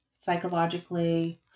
psychologically